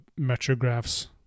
Metrograph's